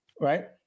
right